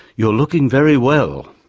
you're looking very well.